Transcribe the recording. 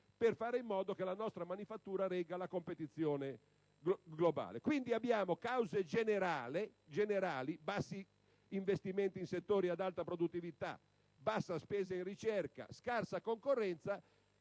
per fare in modo che la nostra manifattura regga la competizione globale. Abbiamo quindi bassi investimenti in settori ad alta produttività, bassa spesa in ricerca, scarsa concorrenza: